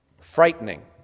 Frightening